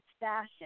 fashion